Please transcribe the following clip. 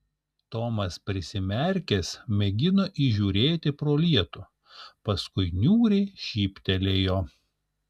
tomas prisimerkęs mėgino įžiūrėti pro lietų paskui niūriai šyptelėjo